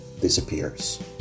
disappears